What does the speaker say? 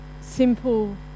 simple